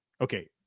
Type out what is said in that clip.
Okay